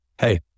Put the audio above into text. hey